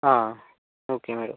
ആ okay madam